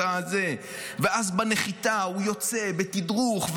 ואז בנחיתה הוא יוצא בתדרוך,